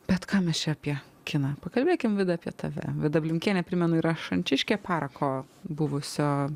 bet kam aš čia apie kiną pakalbėkim vida apie tave vida blinkienė primenu yra šančiškė parako buvusio